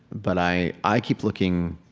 but i i keep looking.